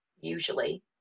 usually